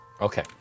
Okay